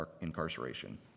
incarceration